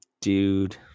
dude